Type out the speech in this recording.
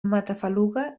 matafaluga